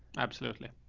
absolutely.